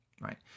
right